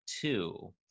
two